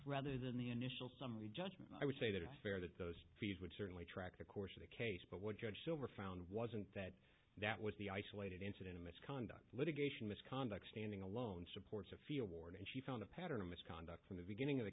rather than the initial summary judgment i would say that it's fair that those fees would certainly track the course of the case but what judge silver found wasn't that that was the isolated incident of misconduct litigation misconduct standing alone supports a fear ward and she found a pattern of misconduct from the beginning of the